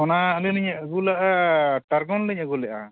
ᱚᱱᱟ ᱟᱹᱞᱤᱧ ᱞᱤᱧ ᱟᱹᱜᱩ ᱞᱟᱜᱼᱟ ᱯᱮᱨᱟᱜᱚᱱ ᱞᱤᱧ ᱟᱹᱜᱩ ᱞᱮᱜᱼᱟ